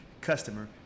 customer